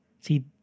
See